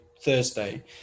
Thursday